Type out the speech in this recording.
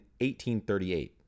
1838